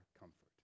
comfort